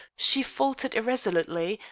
she faltered irresolutely,